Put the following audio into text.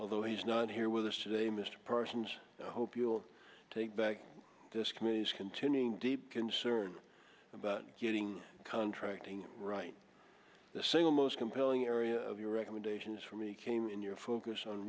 although he's not here with us today mr parsons hope you will take back this committee's continuing deep concern about getting contracting right the single most compelling area of your recommendations for me came in your focus on